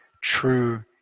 true